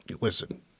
Listen